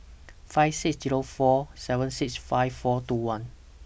five six Zero four seven six five four two one